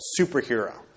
superhero